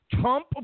Trump